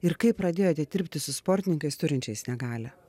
ir kaip pradėjote dirbti su sportininkais turinčiais negalią